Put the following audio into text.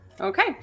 okay